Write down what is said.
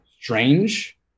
Strange